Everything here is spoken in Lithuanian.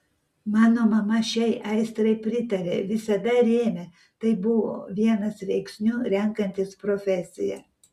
mano mama šiai aistrai pritarė visada rėmė tai buvo vienas veiksnių renkantis profesiją